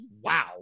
Wow